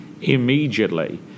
immediately